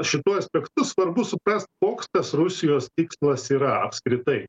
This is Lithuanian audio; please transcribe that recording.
šituo aspektu svarbu svarbu suprast koks tas rusijos tikslas yra apskritai